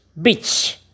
bitch